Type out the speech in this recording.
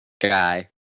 guy